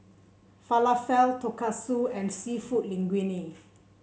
Falafel Tonkatsu and seafood Linguine